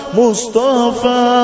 mustafa